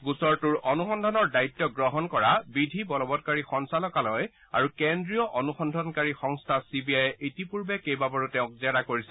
গোচৰটোৰ অনুসন্ধানৰ দায়িত্ব গ্ৰহণ কৰা বিধি বলবৎকাৰী সঞ্চালকালয় আৰু কেন্দ্ৰীয় অনুসন্ধানকাৰী সংস্থা চি বি আইয়ে ইতিপূৰ্বে কেইবাবাৰো তেওঁক জেৰা কৰিছে